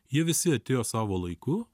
jie visi atėjo savo laiku